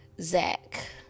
Zach